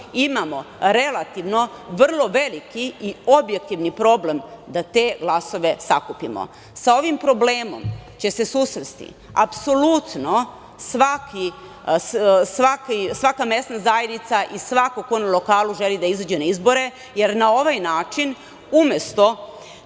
imamo relativno vrlo veliki i objektivni problem da te glasove sakupimo. Sa ovim problemom će se susresti apsolutno svaka mesna zajednica i svako ko na lokalu želi da izađe na izbore, jer na ovaj način umesto